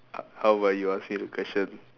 uh how about you ask me the question